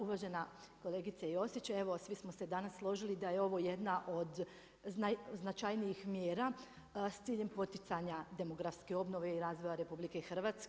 Uvažena kolegice Josić, evo svi smo se danas složili da je ovo jedna od značajnijih mjera s ciljem poticanja demografske obnove i razvoja RH.